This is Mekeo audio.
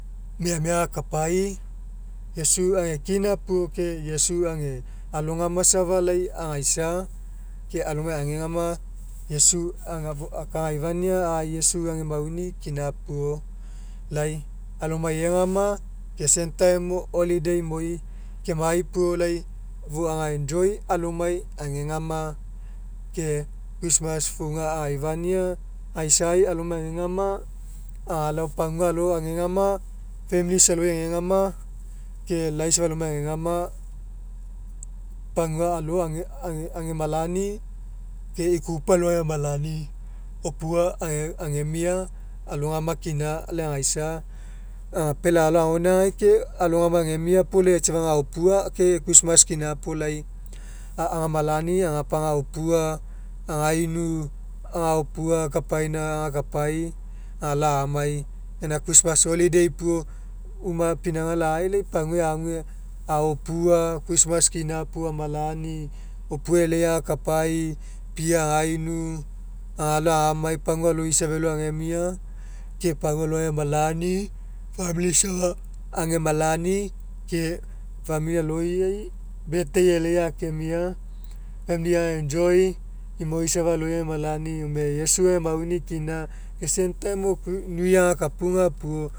Miamia agakapai iesu age kina puo ke iesu age alogama safa lai agaisa ke alomai agegama iesu aga aka'againka iesu age mauni kina puo lai alomai egama ke same time mo holiday imoi kemai puo lai fou aga'enjoy alomai agegama ke christmas fouga agaifania aisai alomai agegama agao pagua alo agegama familis aloi agegama ke lai safa alomai agegama pagua alo a agemalani ke ikupu alo agemalani opua age agemia alogama kina lai agaisa agapealai agao agoainagai ke alogama agemia lai pau safa agaopua ke christmas kina puo lai a agamalani agapa agaopua againu agaopua kapaina agakapai alao agamai. Gaina christmas holiday puo uma pinauga lai lai paguai ague aopua christmas kina puo amalani opua e'elei agakapai pia againu agao agamai pagua alo isa felo agemia ke pagua alo agemalani famili isa agemalani ke famili aloi birthday e'elei akemia famili age'enjoy imoi safa aloi agemalani gome iesu ega mauni kina ke same time mo new year agakapa puo